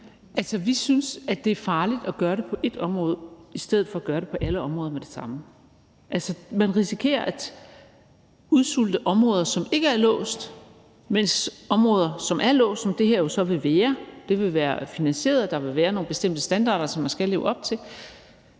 Altså, vi synes, at det er farligt at gøre det på ét område i stedet for at gøre det på alle områder med det samme. Man risikerer at udsulte områder, som ikke er låst, mens områder, som er låst, som det her jo så vil være – det vil være finansieret, og der vil være nogle bestemte standarder, som man skal leve op til